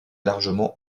largement